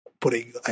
putting